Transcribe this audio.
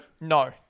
No